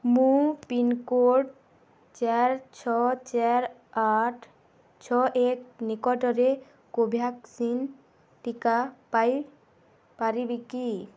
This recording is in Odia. ମୁଁ ପିନ୍କୋଡ଼୍ ଚାର ଛଅ ଚାର ଆଠ ଛଅ ଏକ ନିକଟରେ କୋଭ୍ୟାକ୍ସିନ୍ ଟିକା ପାଇ ପାରିବି କି